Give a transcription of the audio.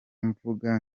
mvuga